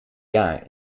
jaar